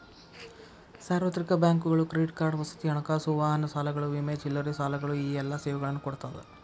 ಸಾರ್ವತ್ರಿಕ ಬ್ಯಾಂಕುಗಳು credit card ವಸತಿ ಹಣಕಾಸು ವಾಹನ ಸಾಲಗಳು ವಿಮೆ ಚಿಲ್ಲರೆ ಸಾಲಗಳು ಈ ಎಲ್ಲಾ ಸೇವೆಗಳನ್ನ ಕೊಡ್ತಾದ